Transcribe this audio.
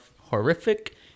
horrific